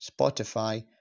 Spotify